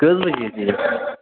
کٔژ بجے تیٚلہِ